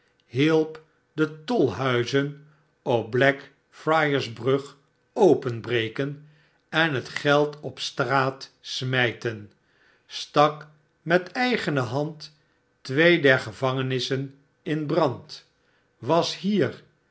hielp de tolfiuizen op blackfriars brug openbreken en het geld op straat smijten stak met eigene hand twee der gevangenissen in brand was hier